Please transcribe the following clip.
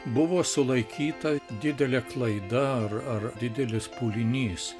buvo sulaikyta didelė klaida ar ar didelis pūlinys